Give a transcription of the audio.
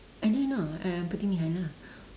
I don't know I I'm putting behind lah